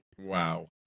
wow